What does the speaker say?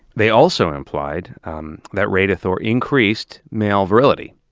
they also implied um that radithor increased male virility.